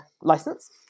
license